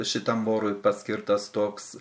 šitam vorui paskirtas toks